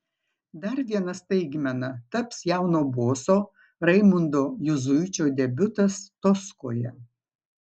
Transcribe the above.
dar viena staigmena taps jauno boso raimundo juzuičio debiutas toskoje